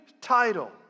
title